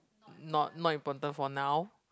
not not important for now